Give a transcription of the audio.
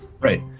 Right